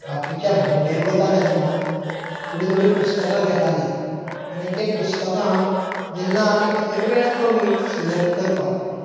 बाकीच्या भोंवडेर वता तेन्ना थोडीं थोडीं पुस्तकां घेताले आनी तीं पुस्तकां जेन्ना आमी थंय वेळ कमी सिलेक्ट करपाक